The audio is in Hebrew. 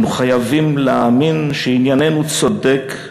אנו חייבים להאמין שעניינו צודק,